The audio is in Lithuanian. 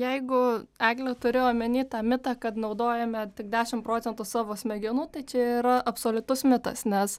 jeigu egle turi omeny tą mitą kad naudojame tik dešimt procentų savo smegenų tai čia yra absoliutus mitas nes